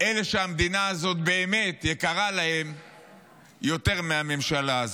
אלה שהמדינה הזאת באמת יקרה להם יותר מהממשלה הזאת.